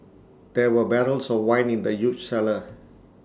there were barrels of wine in the huge cellar